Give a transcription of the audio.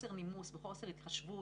בחוסר נימוס ובחוסר התחשבות.